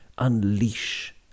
unleash